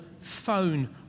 phone